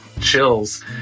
chills